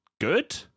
good